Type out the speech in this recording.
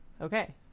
Okay